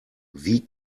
wie